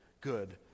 good